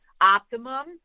optimum